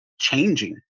changing